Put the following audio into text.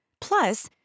Plus